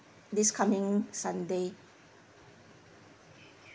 this coming sunday